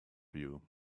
you